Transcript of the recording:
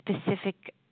specific